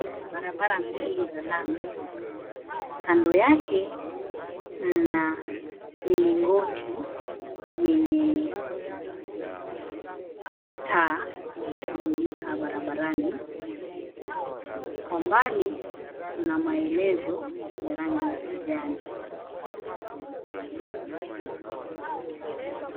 Barabara mbili za lami kando yake mna milingoti yenye taa za kumulika barabarani kwa mbali kuna maelezo ya rangi ya kijani.